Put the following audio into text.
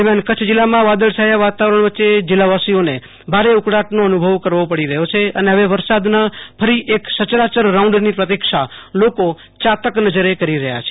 દરમિયાન કચ્છ જિલ્લામાં વાદળછાયા વાતાવરણ વચ્ચે જીલ્લાવાસીઓને ભારે ઉકળાટનો અનુભવ કરવો પડી રહ્યો છે અને હવે વરસાદના ફરી એક સચરાચર રાઉન્ડની પ્રતિક્ષા લોકો ચાતક નજરે કરી રહ્યા છે